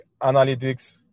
analytics